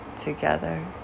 together